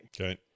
Okay